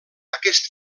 aquest